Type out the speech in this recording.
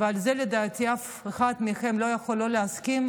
ולזה לדעתי אף אחד מכם לא יכול שלא להסכים,